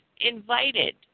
invited